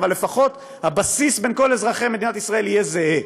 אבל לפחות הבסיס לכל אזרחי מדינת ישראל יהיה זהה.